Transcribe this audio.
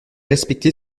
respecté